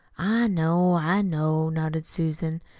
i know, i know, nodded susan.